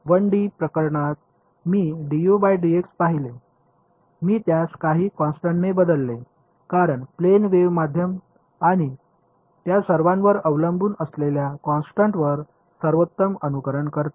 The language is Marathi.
1 डी प्रकरणात मी du dx पाहिले मी त्यास काही कॉन्स्टन्टने बदलले कारण प्लेन वेव्ह मध्यम आणि त्या सर्वांवर अवलंबून असलेल्या कॉन्स्टन्ट वर सर्वोत्तम अनुकरण करते